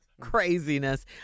Craziness